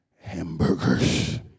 hamburgers